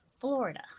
Florida